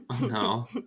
No